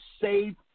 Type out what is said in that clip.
save